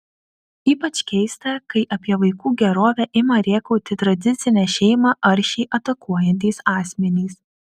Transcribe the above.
ypač keista kai apie vaikų gerovę ima rėkauti tradicinę šeimą aršiai atakuojantys asmenys